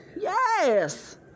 Yes